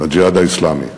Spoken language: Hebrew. "הג'יהאד האסלאמי".